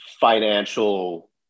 financial